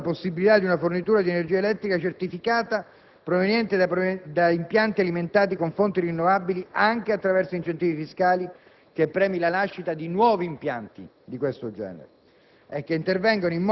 incentivino la possibilità di una fornitura di energia elettrica certificata proveniente da impianti alimentati con fonti rinnovabili anche attraverso incentivi fiscali che premi la nascita di questi nuovi impianti; intervengano